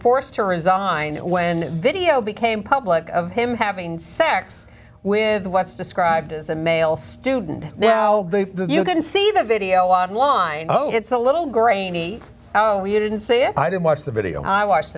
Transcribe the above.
forced to resign when video became public of him having sex with what's described as a male student now you can see the video online oh it's a little grainy oh you didn't say i didn't watch the video i watched